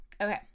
Okay